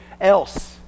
else